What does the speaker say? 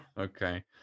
Okay